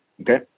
Okay